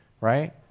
right